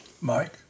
Mike